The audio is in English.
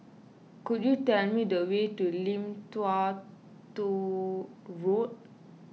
could you tell me the way to Lim Tua Tow Road